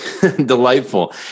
Delightful